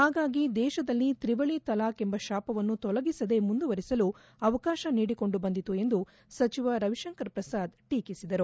ಹಾಗಾಗಿ ದೇಶದಲ್ಲಿ ತ್ರಿವಳಿ ತಲಾಖ್ ಎಂಬ ಶಾಪವನ್ನು ತೊಲಗಿಸದೇ ಮುಂದುವರಿಸಲು ಅವಕಾಶ ನೀಡಿಕೊಂಡು ಬಂದಿತು ಎಂದು ಸಚಿವ ರವಿಶಂಕರ್ ಪ್ರಸಾದ್ ಟೀಟಿಸಿದರು